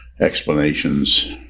explanations